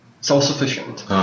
self-sufficient